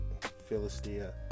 Philistia